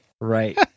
Right